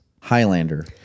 Highlander